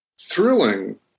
thrilling